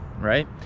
right